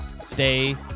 Stay